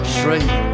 straight